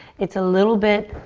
it's a little bit